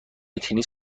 تنیس